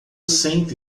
senta